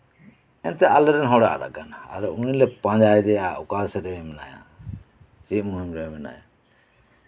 ᱮᱱᱛᱮᱜ ᱟᱞᱮᱨᱮᱱ ᱦᱚᱲᱮ ᱟᱫ ᱠᱟᱱᱟ ᱩᱱᱤᱞᱮ ᱯᱟᱡᱟᱫᱮᱭᱟ ᱚᱠᱟ ᱥᱮᱫᱨᱮ ᱢᱮᱱᱟᱭᱟ ᱪᱮᱫ ᱢᱚᱱᱨᱮ ᱢᱮᱱᱟᱭᱟ